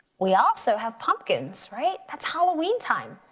we also have pumpkins, right? that's halloween time?